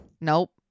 Nope